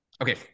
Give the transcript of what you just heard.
Okay